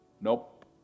nope